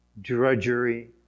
Drudgery